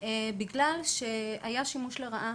בגלל שנעשה בו שימוש לרעה,